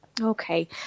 Okay